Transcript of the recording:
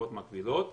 תקופות מקבילות,